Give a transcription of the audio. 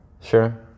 Sure